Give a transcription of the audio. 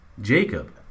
Jacob